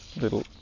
little